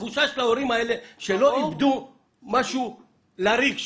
של ההורים שלא אבדו את הילדים שלהם לריק,